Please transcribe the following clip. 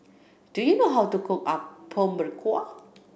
do you know how to cook Apom Berkuah